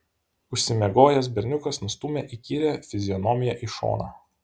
užsimiegojęs berniukas nustūmė įkyrią fizionomiją į šoną